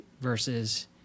versus